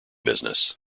business